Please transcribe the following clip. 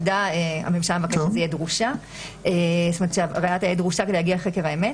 הממשלה מבקשת שזה יהיה דרושה כדי להגיע לחקר האמת.